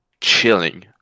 chilling